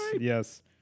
Yes